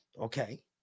Okay